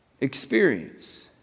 experience